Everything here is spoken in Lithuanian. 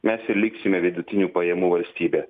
mes ir liksime vidutinių pajamų valstybė